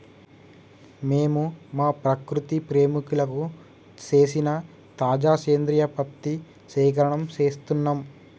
మేము మా ప్రకృతి ప్రేమికులకు సేసిన తాజా సేంద్రియ పత్తి సేకరణం సేస్తున్నం